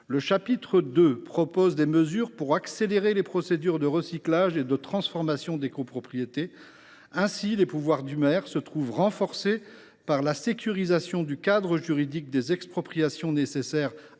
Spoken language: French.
Le chapitre II prévoit des mesures pour accélérer les procédures de recyclage et de transformation des copropriétés. Ainsi, les pouvoirs du maire se trouvent renforcés par la sécurisation du cadre juridique relatif aux expropriations, qui était